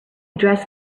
dressed